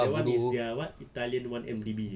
that [one] is their what italian one M_D_B is it